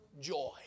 joy